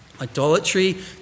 Idolatry